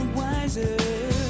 wiser